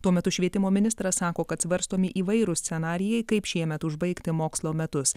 tuo metu švietimo ministras sako kad svarstomi įvairūs scenarijai kaip šiemet užbaigti mokslo metus